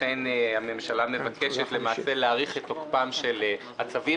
לכן הממשלה מבקשת להאריך את תוקפם של הצווים